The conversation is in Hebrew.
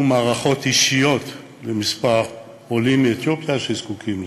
מערכות אישיות לכמה עולים מאתיופיה שזקוקים לזה,